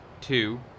Two